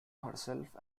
herself